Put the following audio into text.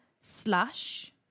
slash